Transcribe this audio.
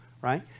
Right